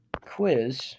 quiz